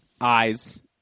Eyes